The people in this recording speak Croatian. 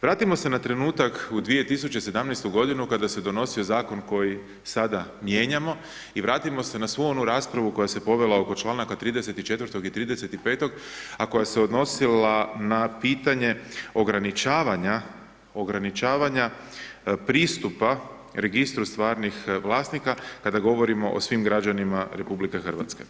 Vratimo se na trenutak u 2017. godinu kada se donosio zakon koji sada mijenjamo i vratimo se na svu onu raspravu koja se povela oko članka 34. i 35., a koja se odnosila na pitanje ograničavanja pristupa Registru stvarnih vlasnika kada govorimo o svim građanima RH.